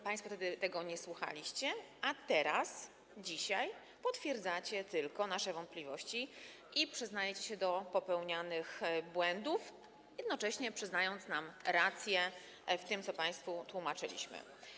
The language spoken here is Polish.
Państwo wtedy tego nie słuchaliście, a dzisiaj tylko potwierdzacie nasze wątpliwości i przyznajecie się do popełnianych błędów, jednocześnie przyznając nam rację w tym, co państwu tłumaczyliśmy.